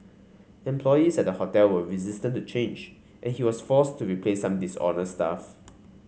employees at the hotel were resistant to change and he was forced to replace some dishonest staff